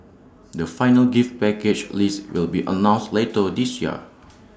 the final gift package list will be announced later this year